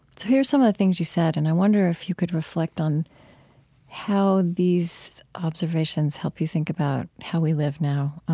so here are some of the things you said. and i wonder if you could reflect on how these observations help you think about how we live now.